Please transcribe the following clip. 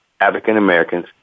African-Americans